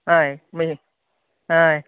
हय हय पयली हय